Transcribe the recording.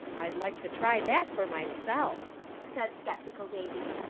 i'd like to try that for myself, said skeptical davy.